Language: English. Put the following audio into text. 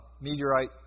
meteorite